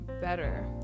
better